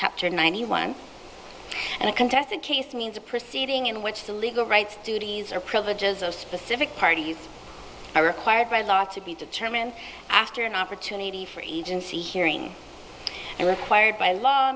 chapter ninety one and a contested case means a proceeding in which the legal rights duties or privileges of specific parties are required by law to be determined after an opportunity for agency hearing it required by law